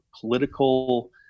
political